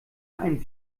einen